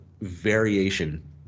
variation